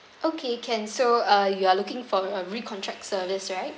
okay can so uh you are looking for a re-contract service right